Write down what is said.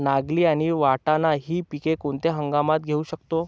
नागली आणि वाटाणा हि पिके कोणत्या हंगामात घेऊ शकतो?